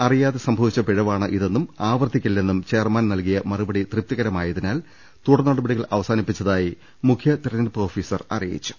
അറിയാതെ സംഭവിച്ച പിഴവാണ് ഇതെന്നും ആവർത്തി ക്കില്ലെന്നും ചെയർമാൻ നൽകിയ മറുപടി തൃപ്തികരമായതിനാൽ തുടർ നടപടികൾ അവസാനിപ്പിച്ചതായി മുഖ്യതെരഞ്ഞെടുപ്പ് ഓഫീസർ അറിയിച്ചു